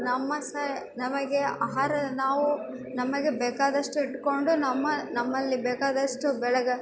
ನಮ್ಮ ಸೈ ನಮಗೆ ಆಹಾರ ನಾವು ನಮಗೆ ಬೇಕಾದಷ್ಟು ಇಟ್ಕೊಂಡು ನಮ್ಮ ನಮ್ಮಲ್ಲಿ ಬೇಕಾದಷ್ಟು ಬೆಳೆಗೆ